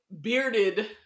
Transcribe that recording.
bearded